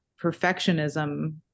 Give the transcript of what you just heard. perfectionism